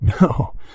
No